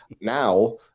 now